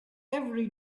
every